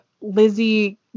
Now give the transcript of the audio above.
Lizzie